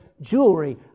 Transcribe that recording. jewelry